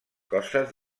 costes